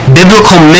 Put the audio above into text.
biblical